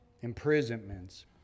imprisonments